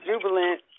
Jubilant